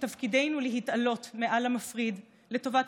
שתפקידנו להתעלות מעל המפריד לטובת